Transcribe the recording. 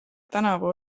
tänavu